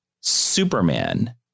Superman